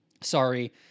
sorry